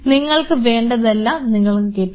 നിങ്ങൾക്ക് വേണ്ടതെല്ലാം നിങ്ങൾക്ക് കിട്ടും